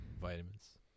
Vitamins